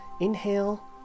inhale